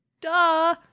Duh